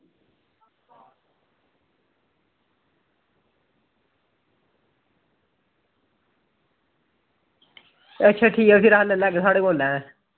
अच्छा ते फिर ठीक ऐ अस लेई लैगे साढ़े कोल न